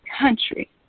country